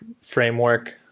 framework